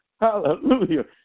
Hallelujah